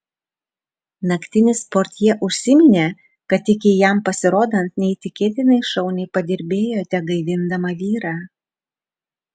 naktinis portjė užsiminė kad iki jam pasirodant neįtikėtinai šauniai padirbėjote gaivindama vyrą